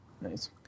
Nice